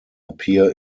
appear